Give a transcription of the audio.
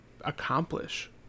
accomplish